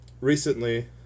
recently